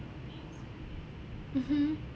mmhmm